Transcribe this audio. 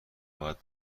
باید